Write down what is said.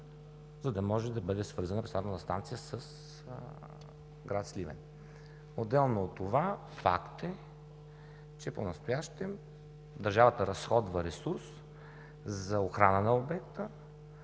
за да може да бъде свързана пречиствателната станция с град Сливен. Отделно от това, факт е, че понастоящем държавата разходва ресурс за охрана на обекта.